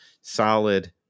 solid